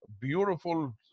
beautiful